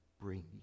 bring